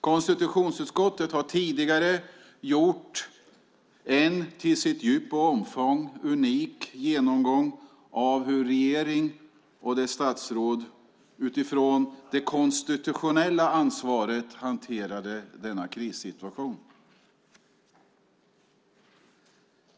Konstitutionsutskottet har tidigare gjort en till djup och omfång unik genomgång av hur regeringen och dess statsråd utifrån det konstitutionella ansvaret hanterade denna krissituation.